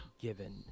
given